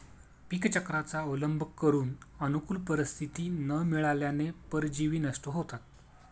पीकचक्राचा अवलंब करून अनुकूल परिस्थिती न मिळाल्याने परजीवी नष्ट होतात